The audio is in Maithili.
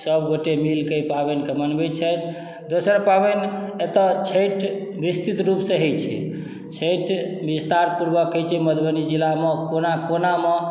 सबगोटे मिल कऽ ई पाबनि के मनबै छथि दोसर पाबनि एतए छठि विस्तृत रूप सँ होइ छै छठि विस्तार पूर्वक होइ छै मधुबनी जिलामे कोना कोना मे